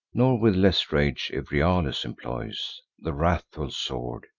nor with less rage euryalus employs the wrathful sword,